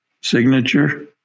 signature